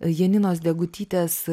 janinos degutytės